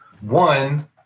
One